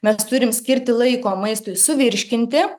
mes turim skirti laiko maistui suvirškinti